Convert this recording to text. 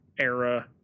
era